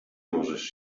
możesz